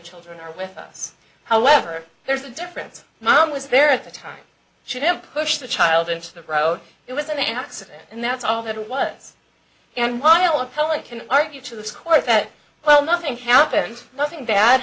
children are with us however there's a difference mom was there at the time she didn't push the child into the road it was an accident and that's all there was and while the public can argue to the squire that well nothing happened nothing bad